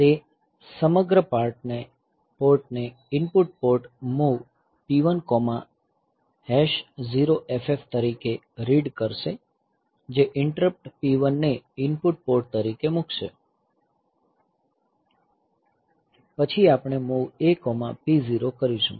તે સમગ્ર પોર્ટને input port MOV P1 0FF H તરીકે રીડ કરશે જે ઇન્ટરપ્ટ P1 ને ઇનપુટ પોર્ટ તરીકે મૂકશે પછી આપણે MOV A P0 કરીશું